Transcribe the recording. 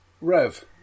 Rev